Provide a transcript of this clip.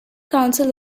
council